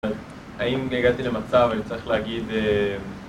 האם הגעתי למצב, אני צריך להגיד...